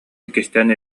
иккистээн